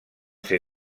ser